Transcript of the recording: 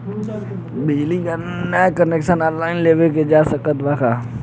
बिजली क नया कनेक्शन ऑनलाइन लेवल जा सकत ह का?